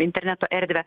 interneto erdvę